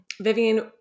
Vivian